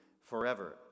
forever